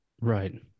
right